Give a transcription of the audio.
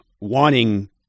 wanting